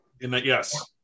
Yes